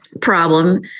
Problem